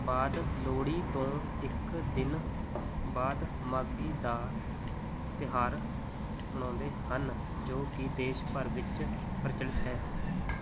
ਬਾਅਦ ਲੋਹੜੀ ਤੋਂ ਇੱਕ ਦਿਨ ਬਾਅਦ ਮਾਘੀ ਦਾ ਤਿਉਹਾਰ ਮਨਾਉਂਦੇ ਹਨ ਜੋ ਕਿ ਦੇਸ਼ ਭਰ ਵਿੱਚ ਪ੍ਰਚਲਿਤ ਹੈ